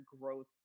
growth